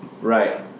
right